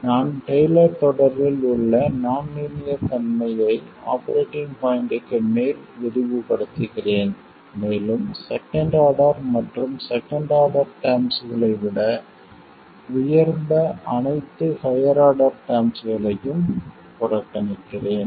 நான் டெய்லர் தொடரில் உள்ள நான் லீனியர் தன்மையை ஆபரேட்டிங் பாய்ண்ட்க்கு மேல் விரிவுபடுத்துகிறேன் மேலும் செகண்ட் ஆர்டர் மற்றும் செகண்ட் ஆர்டர் டெர்ம்ஸ்களை விட உயர்ந்த அனைத்து ஹையர் ஆர்டர் டெர்ம்ஸ்களையும் புறக்கணிக்கிறேன்